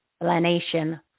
explanation